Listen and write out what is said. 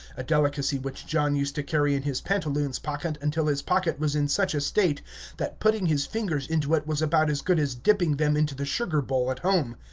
a delicacy which john used to carry in his pantaloons-pocket until his pocket was in such a state that putting his fingers into it was about as good as dipping them into the sugar-bowl at home.